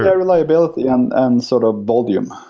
yeah reliability, um and sort of volume.